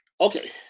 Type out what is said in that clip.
Okay